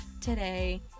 today